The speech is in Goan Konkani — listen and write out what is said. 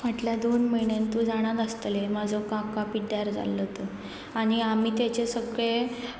फाटल्या दोन म्हयन्यान तूं जाण आसतलें म्हाजो काका पिड्ड्यार जाल्लो तो आनी आमी तेचे सगळें